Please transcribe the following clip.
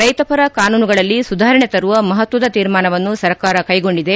ರೈತಪರ ಕಾನೂನುಗಳಲ್ಲಿ ಸುಧಾರಣೆ ತರುವ ಮಹತ್ವದ ತೀರ್ಮಾನವನ್ನು ಸರ್ಕಾರ ಕೈಗೊಂಡಿದೆ